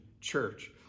church